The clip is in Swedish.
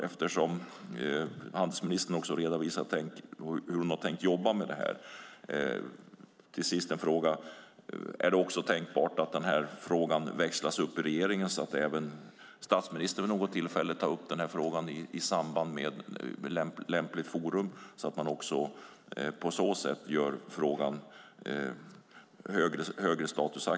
Eftersom handelsministern redovisade hur hon har tänkt jobba med det här vill jag ställa frågan: Är det tänkbart att den här frågan växlas upp i regeringen och att även statsministern vid något tillfälle tar upp frågan i lämpligt forum, så att man på så sätt ger frågan högre status?